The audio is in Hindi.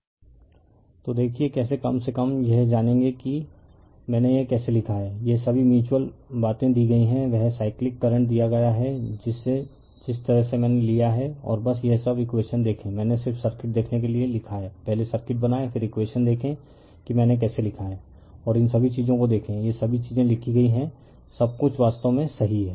रिफर स्लाइड टाइम 2927 तो देखिये कैसे कम से कम यह जानेंगे कि मैंने यह कैसे लिखा है यह सभी म्यूच्यूअल बातें दी गई हैं वह साइक्लिक करंट दिया गया हैं जिस तरह से मैंने लिया है और बस यह सब इकवेशन देखें मैंने सिर्फ सर्किट देखने के लिए लिखा है पहले सर्किट बनाएं फिर इकवेशन देखें कि मैंने कैसे लिखा है और इन सभी चीजों को देखें ये सभी चीजें लिखी गई हैं सब कुछ वास्तव में सही है